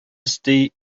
өсти